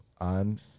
on